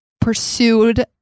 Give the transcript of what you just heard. pursued